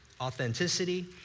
authenticity